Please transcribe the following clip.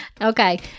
Okay